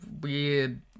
weird